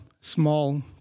small